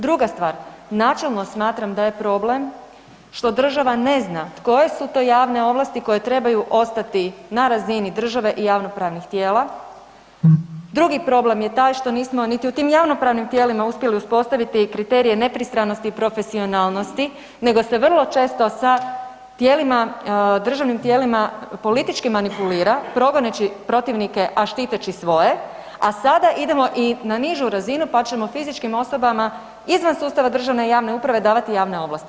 Druga stvar, načelno smatram da je problem što država ne zna koje su to javne ovlasti koje trebaju ostati na razini države i javnopravnih tijela, drugi problem je taj što nismo niti u tim javnopravnim tijelima uspjeli uspostaviti i kriterije nepristranosti i profesionalnosti, nego se vrlo često sa tijelima, državnim tijelima politički manipulira, progoneći protivnike, a štiteći svoje, a sada idemo i na nižu razinu pa ćemo fizičkim osobama izvan sustava državne i javne uprave davati javne ovlasti.